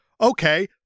Okay